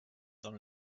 dans